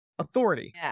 Authority